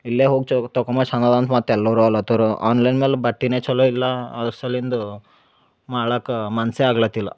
ಇಲ್ಲೇ ಹೋಗಿ ಚ ತಕೋ ಬಂದ್ರ ಚಂದ್ ಅದಾ ಅಂತ ಮತ್ತೆ ಎಲ್ಲರು ಅನ್ಲತರು ಆನ್ಲೈನ್ ಮೇಲೆ ಬಟ್ಟಿನೇ ಚಲೋ ಇಲ್ಲ ಅದ್ರ ಸಲಿಂದು ಮಾಡ್ಲಾಕೆ ಮನಸ್ಸೇ ಆಗ್ಲತಿಲ್ಲ